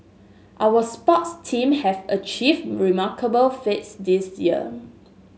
our sports team have achieved remarkable feats this year